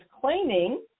claiming